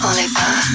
Oliver